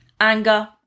anger